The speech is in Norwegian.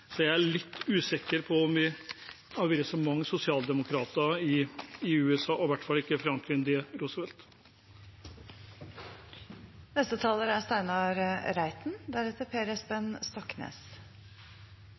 er jeg litt usikker på om det har vært så mange sosialdemokrater i USA, og i hvert fall ikke Franklin D. Roosevelt. Slik en samlet næringskomité ser det, er